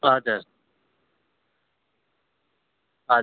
हजुर हजुर